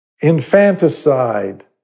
infanticide